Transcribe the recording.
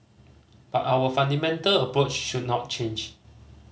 but our fundamental approach should not change